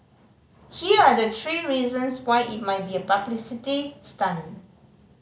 here are the three reasons why it might be a publicity stunt